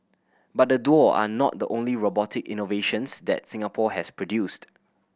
but the duo are not the only robotic innovations that Singapore has produced